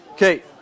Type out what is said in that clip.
Okay